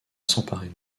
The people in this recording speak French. s’emparer